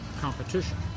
competition